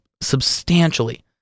substantially